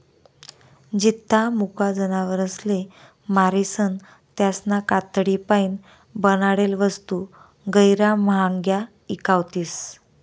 जित्ता मुका जनावरसले मारीसन त्यासना कातडीपाईन बनाडेल वस्तू गैयरा म्हांग्या ईकावतीस